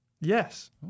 Yes